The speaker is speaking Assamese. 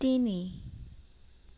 তিনি